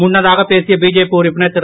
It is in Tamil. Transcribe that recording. முன்னதாக பேசிய பிஜேபி உறுப்பினர் திரு